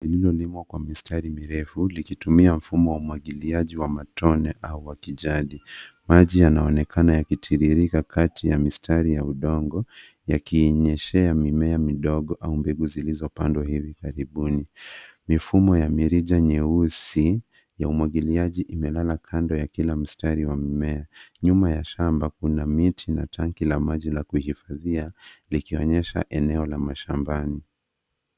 Vilivyolimwa kwa mistari mirefu, likitumia mfumo wa umwagiliaji wa matone au wa kijadi. Maji yanaonekana yakitiririka kati ya mistari ya udongo, yakiinyeshea mimea midogo au mbegu zilizopandwa hivi karibuni. Mifumo ya mirija nyeusi ya umwagiliaji imelala kando ya kila mstari wa mimea. Nyuma ya shamba kuna miti na tanki la maji la kuhifadhia, likionyesha eneo la mashambani.